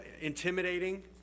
intimidating